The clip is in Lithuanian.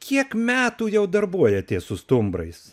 kiek metų jau darbuojatės su stumbrais